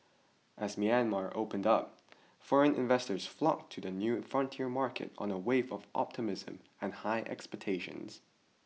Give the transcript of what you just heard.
as Myanmar opened up foreign investors flocked to the new frontier market on a wave of optimism and high expectations